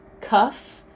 cuff